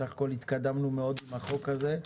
בסך הכול התקדמנו מאוד עם החוק הזה.